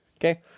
Okay